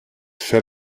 fell